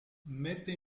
mette